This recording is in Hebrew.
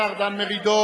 השר דן מרידור,